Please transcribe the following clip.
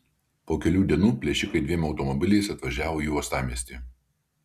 po kelių dienų plėšikai dviem automobiliais atvažiavo į uostamiestį